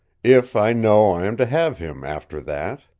if i know i am to have him after that